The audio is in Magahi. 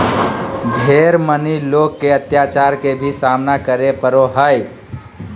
ढेर मनी लोग के अत्याचार के भी सामना करे पड़ो हय